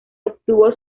obtuvo